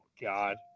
God